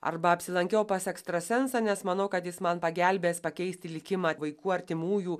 arba apsilankiau pas ekstrasensą nes manau kad jis man pagelbės pakeisti likimą vaikų artimųjų